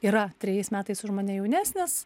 yra trejais metais už mane jaunesnis